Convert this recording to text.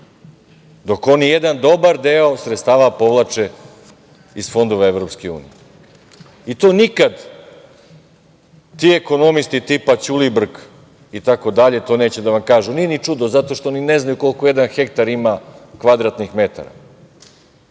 dok oni jedan dobar deo sredstava povlače iz fondova EU. I to nikad ti ekonomisti tipa Ćulibrk itd. neće da vam kažu. Ali, to nije ni čudno, zato što oni ne znaju koliko jedan hektar ima kvadratnih metara.